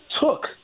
took